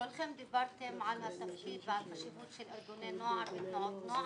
כולכם דיברתם על התפקיד והחשיבות של ארגוני הנוער ותנועות הנוער.